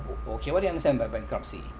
o~ okay what do you understand by bankruptcy